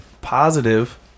positive